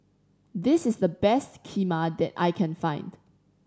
this is the best Kheema that I can find